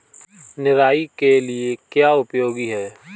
निराई के लिए क्या उपयोगी है?